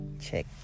check